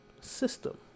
system